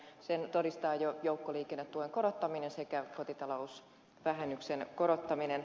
sen todistaa jo joukkoliikennetuen korottaminen sekä kotitalousvähennyksen korottaminen